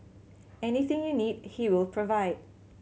anything you need he will provide